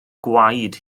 gwaed